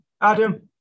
Adam